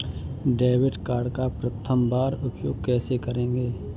Debit card का प्रथम बार उपयोग कैसे करेंगे?